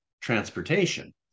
transportation